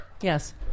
Yes